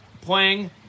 playing